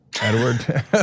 Edward